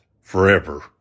forever